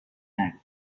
نگو